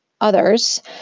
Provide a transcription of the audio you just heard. others